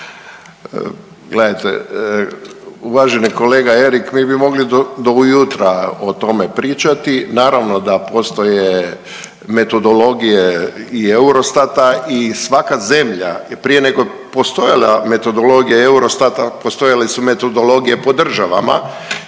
uvaženi kolega Erik mi bi mogli do ujutra o tome pričati. Naravno da postoje metodologije i Eurostata i svaka zemlja prije nego je postojala metodologija Eurostata postojale su metodologije po državama,